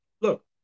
Look